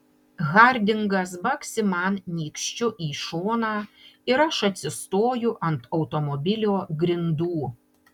hardingas baksi man nykščiu į šoną ir aš atsistoju ant automobilio grindų